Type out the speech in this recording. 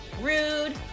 Rude